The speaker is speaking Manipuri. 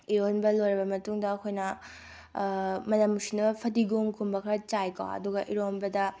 ꯏꯔꯣꯟꯕ ꯂꯣꯏꯔꯕ ꯃꯇꯨꯡꯗ ꯑꯩꯈꯣꯏꯅ ꯃꯅꯝ ꯅꯨꯡꯁꯤꯅꯕ ꯐꯗꯤꯒꯣꯝꯒꯨꯝꯕ ꯈꯔ ꯆꯥꯏꯀꯣ ꯑꯗꯨꯒ ꯏꯔꯣꯟꯕꯗ